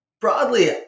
Broadly